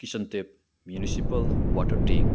kitchen tap municipal water tank